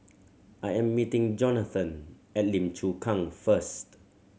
I am meeting Johnathon at Lim Chu Kang first